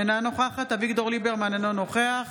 אינה נוכחת אביגדור ליברמן, אינו נוכח